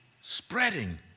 spreading